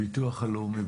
נציג הביטוח הלאומי,